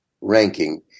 ranking